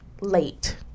late